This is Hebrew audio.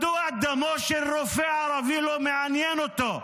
מדוע דמו של רופא ערבי לא מעניין אותו?